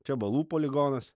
čia balų poligonas